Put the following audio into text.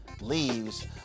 leaves